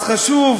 אז חשוב